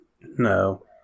no